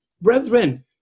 Brethren